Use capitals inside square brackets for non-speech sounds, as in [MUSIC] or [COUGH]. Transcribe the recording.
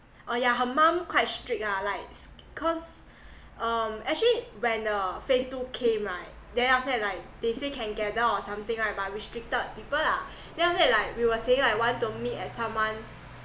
oh yeah her mom quite strict ah like cause [BREATH] um actually when the phase two came right then after that like they say can gather or something right but restricted people lah [BREATH] then after that like we were saying like want to meet at someone's